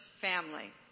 family